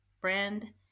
brand